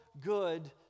good